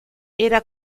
era